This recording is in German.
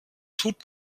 tut